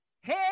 hey